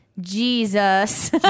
Jesus